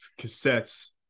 cassettes